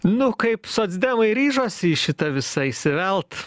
nu kaip socdemai ryžosi į šitą visą įsivelt